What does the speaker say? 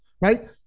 right